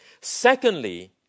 Secondly